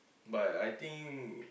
but I think you